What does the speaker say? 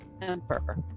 temper